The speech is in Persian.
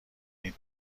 این